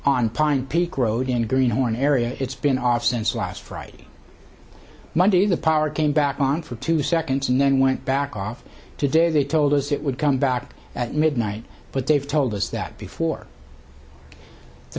peak road in green horn area it's been off since last friday monday the power came back on for two seconds and then went back off today they told us it would come back at midnight but they've told us that before the